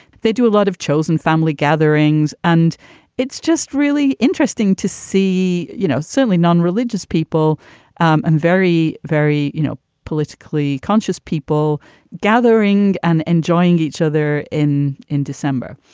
they do a lot of chosen family gatherings and it's just really interesting to see, you know, certainly non-religious people and very, very, you know, politically conscious people gathering and enjoying each other in. in december,